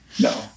No